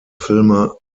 filme